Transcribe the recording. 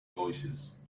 voices